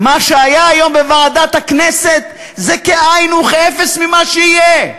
מה שהיה היום בוועדת הכנסת זה כאין וכאפס ממה שיהיה,